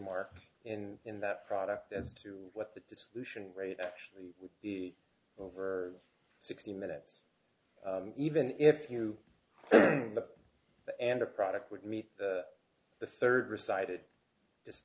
mark in in that product as to what the dissolution rate actually would be over sixty minutes even if you and a product would meet the third recited just